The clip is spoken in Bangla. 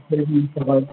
হুম